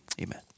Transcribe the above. amen